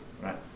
right